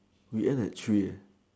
we end at three eh